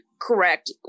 Correct